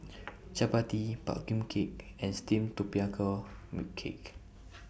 Chappati Pumpkin Cake and Steamed Tapioca Cake